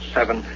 Seven